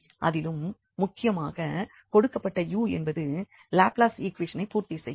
அதிலும் முக்கியமாக கொடுக்கப்பட்ட u என்பது லாப்ளாஸ் ஈக்குவேஷனை பூர்த்தி செய்யும்